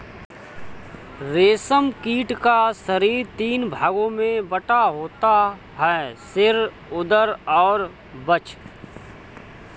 रेशम कीट का शरीर तीन भागों में बटा होता है सिर, उदर और वक्ष